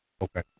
Okay